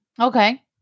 Okay